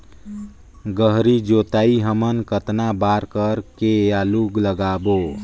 गहरी जोताई हमन कतना बार कर के आलू लगाबो?